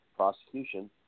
prosecution